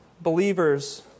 believers